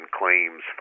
claims